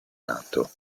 nato